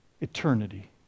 eternity